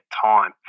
time